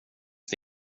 det